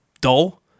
dull